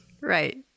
Right